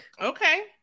okay